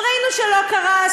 ראינו שלא קרה.